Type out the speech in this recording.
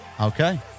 Okay